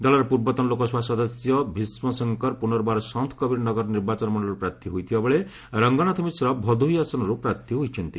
ଦଳର ପୂର୍ବତନ ଲୋକସଭା ସଦସ୍ୟ ଭୀଷ୍କ ଶଙ୍କର ପୁର୍ନବାର ସନ୍ଥ କବୀର ନଗର ନିର୍ବାଚନମଣ୍ଡଳୀରୁ ପ୍ରାର୍ଥୀ ହୋଇଥିବାବେଳେ ରଙ୍ଗନାଥ ମିଶ୍ର ଭଦୋହି ଆସନରୁ ପ୍ରାର୍ଥୀ ହୋଇଛନ୍ତି